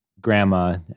grandma